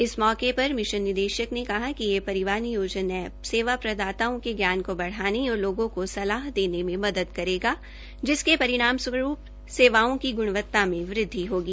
इस मौके पर मिशन निदेशक ने कहा कि ये परिवार नियोजन ऐप सेवा प्रदाताओं के ज्ञन को बढाने और लोगों को सलाह देने में मदद करेगा जिसके परिणाम स्वरूप सेवाओं की गुणवत्ता में वृद्धि होगी